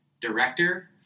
director